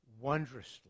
wondrously